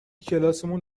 کلاسمون